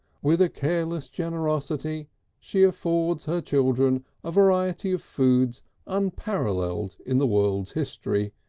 with a careless generosity she affords her children a variety of foods unparalleled in the world's history,